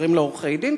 מקושרים לעורכי-דין,